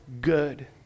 good